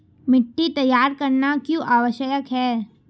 मिट्टी तैयार करना क्यों आवश्यक है?